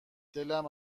دلم